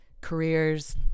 careers